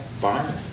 barn